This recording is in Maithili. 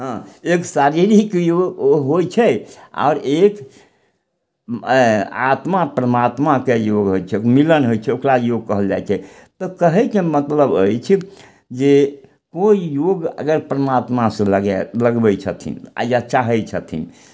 हँ एक शारीरिक योग होइ छै आओर एक ऐँ आत्मा परमात्माके योग होइ छै मिलन होइ छै ओकरा योग कहल कहल जाइ छै तऽ कहयके मतलब अछि जे ओ योग अगर परमात्मासँ लगायब लगबै छथिन या चाहय छथिन